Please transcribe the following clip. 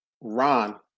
Ron